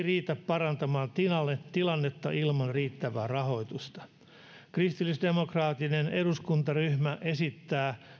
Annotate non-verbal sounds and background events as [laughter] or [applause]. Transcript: [unintelligible] riitä parantamaan tilannetta ilman riittävää rahoitusta kristillisdemokraattinen eduskuntaryhmä esittää